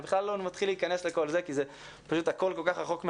אני בכלל לא מתחיל להיכנס לכל זה כי פשוט הכול כל כך רחוק מהאמת.